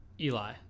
Eli